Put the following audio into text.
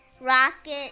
Rocket